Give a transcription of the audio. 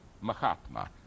Mahatma